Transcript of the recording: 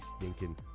stinking